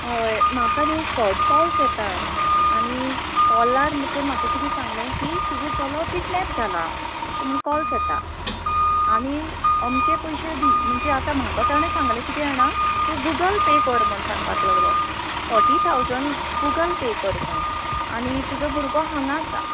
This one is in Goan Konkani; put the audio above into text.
हय म्हाका न्ही फ्रॉड कॉल्स येता आनी कॉलार भितर म्हाका किदें सांगलें की तुजो चलो किडनॅप जाला अशें म्हणू कॉल्स येता आनी अमके पयशे दी म्हणजे आतां म्हाका ताणें सांगलें किदें जाणा तूं गुगल पे कर म्हण सांगपाक लागलो फोटी ठावजन गुगल पे कर खंय आनी तुजो भुरगो हांगां आसा